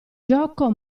gioco